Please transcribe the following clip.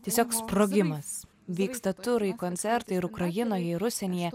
tiesiog sprogimas vyksta turai koncertai ir ukrainoj ir užsienyje